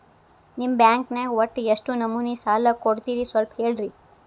ನಿಮ್ಮ ಬ್ಯಾಂಕ್ ನ್ಯಾಗ ಒಟ್ಟ ಎಷ್ಟು ನಮೂನಿ ಸಾಲ ಕೊಡ್ತೇರಿ ಸ್ವಲ್ಪ ಹೇಳ್ರಿ